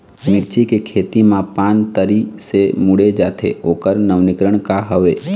मिर्ची के खेती मा पान तरी से मुड़े जाथे ओकर नवीनीकरण का हवे?